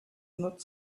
not